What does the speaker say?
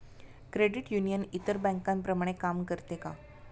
Credit union इतर बँकांप्रमाणे काम करते का?